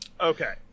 Okay